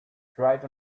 dried